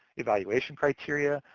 evaluation criteria,